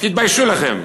תתביישו לכם.